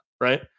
Right